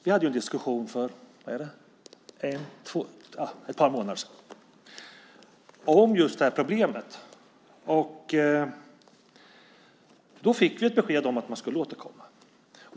Vi hade en diskussion för ett par månader sedan om just det här problemet, och då fick vi ett besked om att man skulle återkomma.